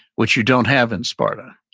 which you don't have in sparta.